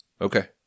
okay